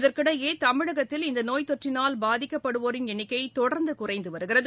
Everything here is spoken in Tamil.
இதற்கிடையே தமிழகத்தில் இந்தநோய் தொற்றினால் பாதிக்கப்படுவோரின் எண்ணிக்கைதொடர்ந்துகுறைந்துவருகிறது